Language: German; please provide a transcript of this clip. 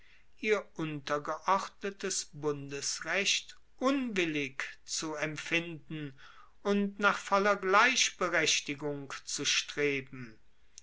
ihr untergeordnetes bundesrecht unwillig zu empfinden und nach voller gleichberechtigung zu streben